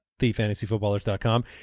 thefantasyfootballers.com